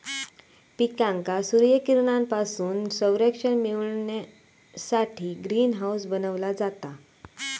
पिकांका सूर्यकिरणांपासून संरक्षण मिळण्यासाठी ग्रीन हाऊस बनवला जाता